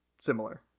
similar